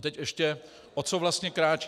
Teď ještě, o co vlastně kráčí.